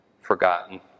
forgotten